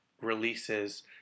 releases